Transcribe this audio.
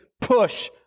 push